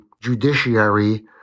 judiciary